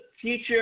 future